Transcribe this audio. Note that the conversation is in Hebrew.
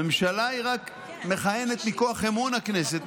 הממשלה רק מכהנת מכוח אמון הכנסת,